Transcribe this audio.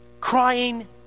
Crying